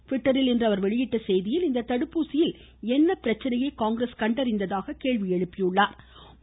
ட்விட்டரில் இன்று அவர் வெளியிட்டுள்ள செய்தியில் இந்த தடுப்பூசியில் என்ன பிரச்சனையை காங்கிரஸ் கண்டறிந்ததாக கேள்வி எழுப்பினார்